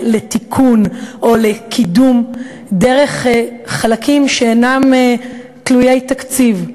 לתיקון או לקידום דרך חלקים שאינם תלויי תקציב,